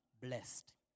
blessed